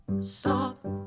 Stop